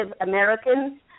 Americans